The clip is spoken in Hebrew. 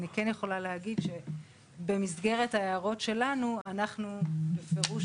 אני כן יכולה להגיד שבמסגרת ההערות שלנו אנחנו בפירוש